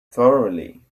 thoroughly